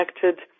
connected